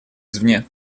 извне